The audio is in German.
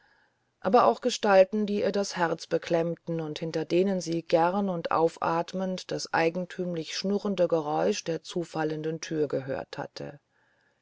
aber auch gestalten die ihr das herz beklemmt und hinter denen sie gern und aufatmend das eigentümlich schnurrende geräusch der zufallenden thür gehört hatte